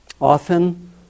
Often